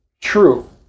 true